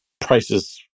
Prices